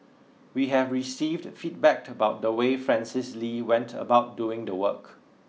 we have received feedback about the way Francis Lee went about doing the work